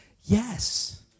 Yes